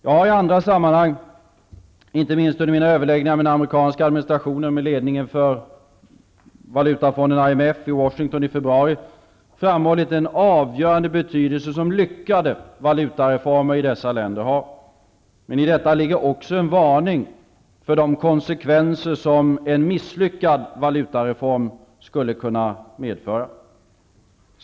Jag har i andra sammanhang -- inte minst under mina överläggningar med den amerikanska administrationen och med ledningen för Internationella Valutafonden i Washington i februari -- framhållit den avgörande betydelse som lyckade valutareformer i dessa länder har. Men i detta ligger också en varning för de konsekvenser som en misslyckad valutareform skulle kunna medföra.